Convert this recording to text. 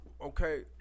okay